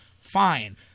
fine